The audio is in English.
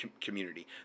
community